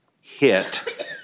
hit